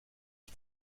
ich